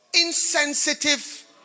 insensitive